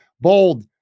Bold